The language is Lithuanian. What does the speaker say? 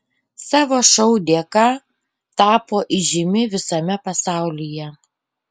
savo šou dėka tapo įžymi visame pasaulyje